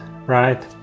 right